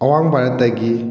ꯑꯋꯥꯡ ꯚꯥꯔꯠꯇꯒꯤ